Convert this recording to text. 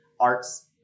arts